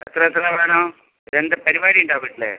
എത്ര എത്ര വേണം എന്താണ് പരിപാടി ഉണ്ടോ വീട്ടിൽ